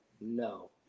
no